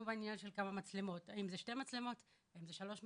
כמובן עניין של כמה מצלמות אם זה שתי מצלמות או שלוש מצלמות,